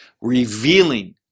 revealing